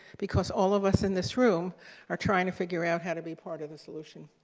because all of us in this room are trying to figure out how to be part of the solution.